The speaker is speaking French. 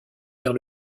vers